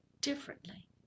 differently